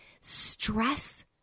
Stress